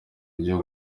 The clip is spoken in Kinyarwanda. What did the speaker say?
ryo